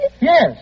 Yes